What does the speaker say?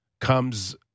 comes